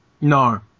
No